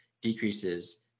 decreases